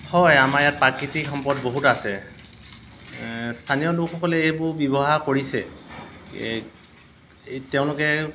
হয় আমাৰ ইয়াত প্ৰাকৃতিক সম্পদ বহুত আছে স্থানীয় লোকসকলে এইবোৰ ব্যৱহাৰ কৰিছে এই তেওঁলোকে